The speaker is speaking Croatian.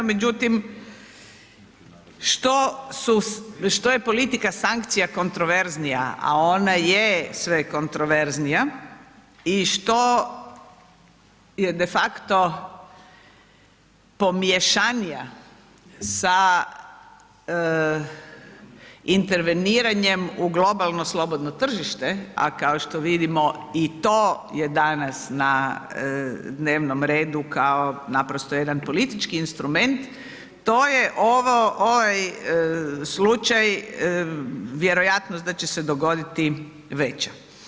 Međutim, što je politika sankcija kontroverznija, a ona je sve kontroverznija i što je de facto pomješanija sa interveniranjem u globalno slobodno tržište a kao što vidimo i to je danas na dnevnom redu kao naprosto jedan politički instrument to je ovaj slučaj vjerojatnost da će se dogoditi veća.